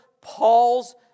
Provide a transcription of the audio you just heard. Paul's